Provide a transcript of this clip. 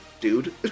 dude